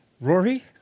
Rory